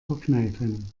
verkneifen